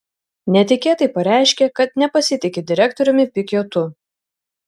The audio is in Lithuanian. netikėtai pareiškė kad nepasitiki direktoriumi pikiotu